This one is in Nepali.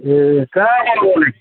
ए कहाँबाट बोलेको